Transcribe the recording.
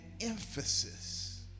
emphasis